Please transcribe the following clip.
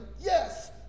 yes